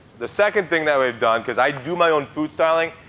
the second thing that we've done because i do my own food styling.